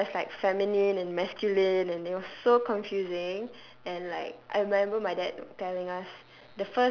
I remembered there was like feminine and masculine and it was so confusing and like I remember my dad telling us